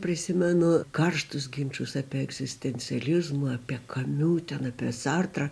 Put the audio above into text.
prisimenu karštus ginčus apie egzistencializmą apie kamiu ten apie sartrą